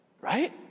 right